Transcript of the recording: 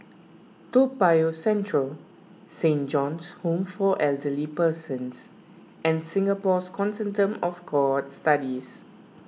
Toa Payoh Central Saint John's Home for Elderly Persons and Singapore's Consortium of Cohort Studies